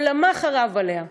עולמה חרב עליה.